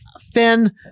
Finn